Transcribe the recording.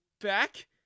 back